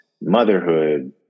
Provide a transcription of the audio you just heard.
motherhood